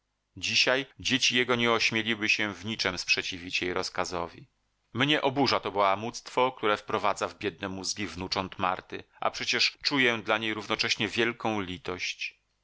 dzisiaj dzieci jego nie ośmieliłyby się w niczem sprzeciwić jej rozkazowi mnie oburza to bałamuctwo które wprowadza w biedne mózgi wnucząt marty a przecież czuję dla niej równocześnie wielką litość